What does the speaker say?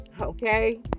okay